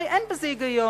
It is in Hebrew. הרי אין בזה שמץ של היגיון,